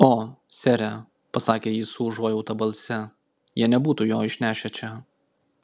o sere pasakė ji su užuojauta balse jie nebūtų jo išnešę čia